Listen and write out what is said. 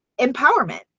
empowerment